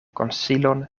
konsilon